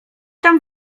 tam